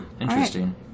Interesting